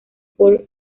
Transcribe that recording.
por